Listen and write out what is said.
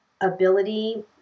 ability